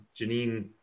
Janine